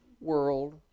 world